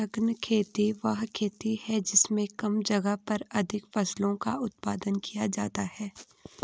सघन खेती वह खेती है जिसमें कम जगह पर अधिक फसलों का उत्पादन किया जाता है